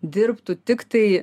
dirbtų tiktai